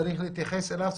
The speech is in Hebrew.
צריך להתייחס אליו,